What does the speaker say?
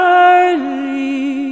early